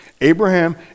Abraham